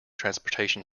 transportation